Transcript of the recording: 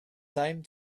time